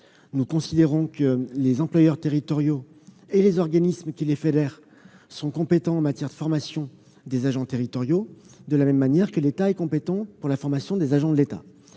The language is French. Nous considérons que les employeurs territoriaux et les organismes qui les fédèrent sont compétents en matière de formation des agents territoriaux, de même que l'État est compétent pour la formation de ses agents. J'ai